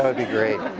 but be great.